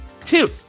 Two